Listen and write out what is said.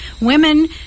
Women